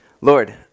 Lord